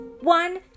one